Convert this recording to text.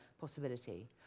possibility